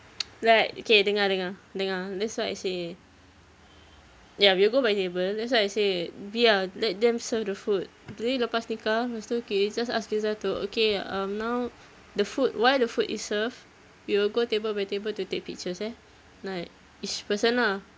like okay dengar dengar dengar that's why I say ya we'll go by table that's why I say biar let them serve the food after this lepas nikah lepas tu okay just ask rizal to okay um now the food while the food is served we will go table by table to take pictures eh like each person ah